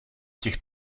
těch